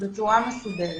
בצורה מסודרת?